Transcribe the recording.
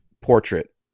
portrait